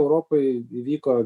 europoj įvyko